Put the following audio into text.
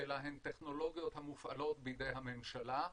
אלא הן טכנולוגיות המופעלות בידי הממשלה.